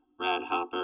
Radhopper